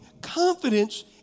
confidence